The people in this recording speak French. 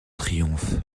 triomphe